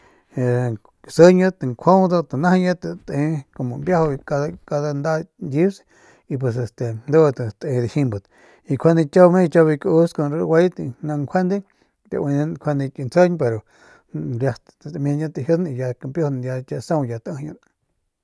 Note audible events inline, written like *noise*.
*hesitation* sijiñat njuaudat anajayet te como mbiajau cada cada nda ñkius pues este ndudat te dijimbat y njuande kiau me kiau biu kaus kun ru raguayet njuande taue nda ki ntsjijiñ riat dimi ya tajin ya kampiujun ya ñkie saung ya taijiyan.